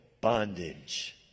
bondage